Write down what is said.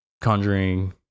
Conjuring